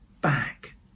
back